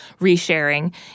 resharing